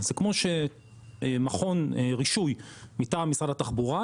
זה כמו שמכון רישוי מטעם משרד התחבורה,